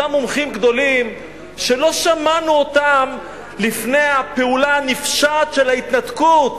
אותם מומחים גדולים שלא שמענו אותם לפני הפעולה הנפשעת של ההתנתקות,